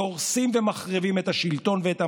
אני